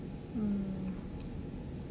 mm